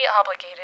obligated